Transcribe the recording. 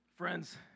Friends